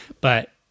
But-